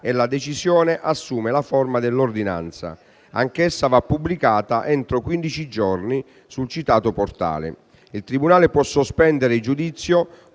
e la decisione assume la forma dell'ordinanza; anch'essa va pubblicata entro quindici giorni sul citato portale. Il tribunale può sospendere il giudizio